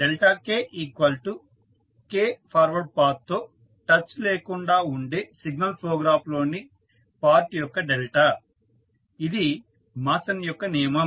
kk forward path తో touch లేకుండా ఉండే సిగ్నల్ ఫ్లో గ్రాఫ్ లో ని పార్ట్ యొక్క ఇది మాసన్ యొక్క నియమం